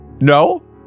No